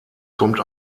kommt